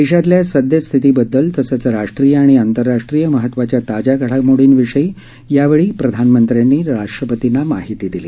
देशातल्या सदयस्थितीबददल तसंच राष्ट्रीय आणि आंतर राष्ट्रीय महत्वाच्या ताज्या घडामोडींविषयी यावेळी प्रधानमंत्र्यांनी राष्ट्रपतींना माहिती दिली